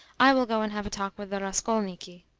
i will go and have a talk with the raskolniki.